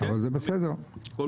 הכול בסדר.